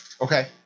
Okay